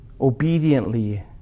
obediently